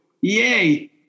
yay